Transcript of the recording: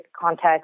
context